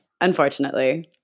unfortunately